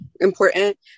important